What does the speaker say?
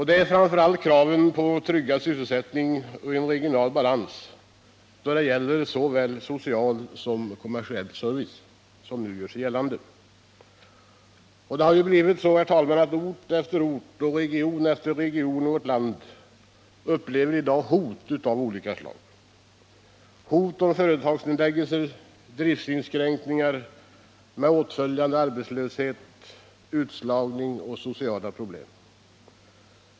Det är framför allt kraven på en tryggad sysselsättning och en regional balans då det gäller såväl social som kommersiell service som nu gör sig gällande. Det har blivit så att ort efter ort och region efter region i vårt land i dag upplever hot av olika slag. Det är hot om företagsnedläggelser, driftinskränkningar med åtföljande arbetslöshet, utslagning och sociala problem.